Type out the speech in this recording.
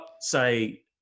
say